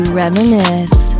reminisce